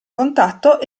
contatto